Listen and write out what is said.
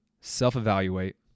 self-evaluate